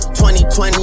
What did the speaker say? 2020